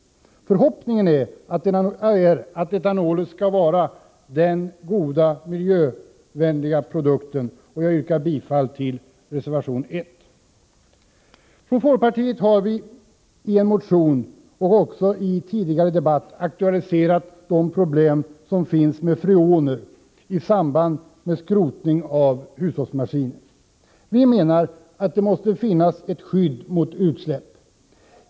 Förhoppningen är att etanolen skall vara den goda, miljövänliga produkten. Jag yrkar bifall till reservation 1. Från folkpartiets sida har vi i en motion, och i tidigare debatt, aktualiserat de problem som finns med freoner i samband med skrotning av hushållsmaskiner. Vi menar att vi måste ha ett skydd mot utsläpp.